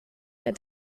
der